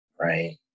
right